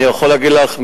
אני יכול להגיד לך,